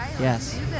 Yes